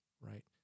right